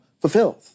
fulfilled